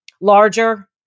larger